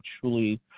truly